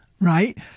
right